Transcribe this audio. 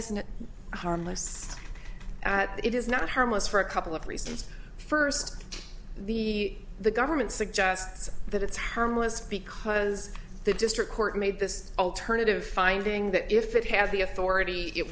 isn't it harmless it is not harmless for a couple of reasons first the the government suggests that it's harmless because the district court made this alternative finding that if it has the authority it